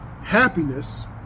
happiness